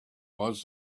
was